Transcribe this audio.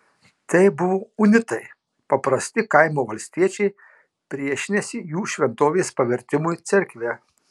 tai buvo unitai paprasti kaimo valstiečiai priešinęsi jų šventovės pavertimui cerkve